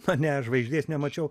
na ne žvaigždės nemačiau